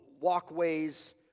walkways